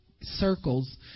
circles